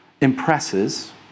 impresses